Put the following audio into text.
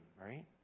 right